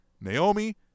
Naomi